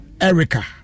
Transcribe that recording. Erica